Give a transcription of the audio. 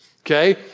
okay